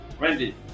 Randy